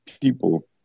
people